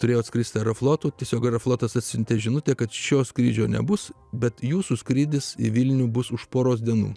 turėjo atskristi aerofloto tiesiog aeroflotas atsiuntė žinutę kad šio skrydžio nebus bet jūsų skrydis į vilnių bus už poros dienų